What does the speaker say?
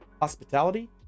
Hospitality